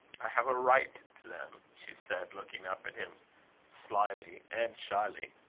i have a right to them, she said, looking up at him slyly and shyly.